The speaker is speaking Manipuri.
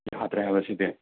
ꯌꯥꯗ꯭ꯔꯦ ꯍꯥꯏꯕ ꯁꯤꯗꯤ